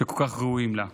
שכל כך ראויים לזה.